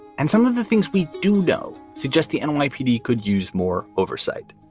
and some of the things we do know suggest the and nypd could use more oversight,